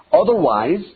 Otherwise